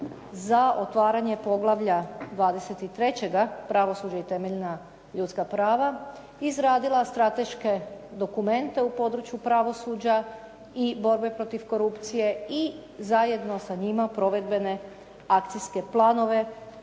za otvaranje poglavlja 23. – Pravosuđe i temeljna ljudska prava izradila strateške dokumente u području pravosuđa i borbe protiv korupcije i zajedno sa njima provedbene akcijske planove